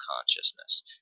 consciousness